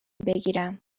بگیرم